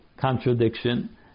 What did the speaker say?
contradiction